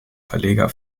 verleger